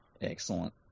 Excellent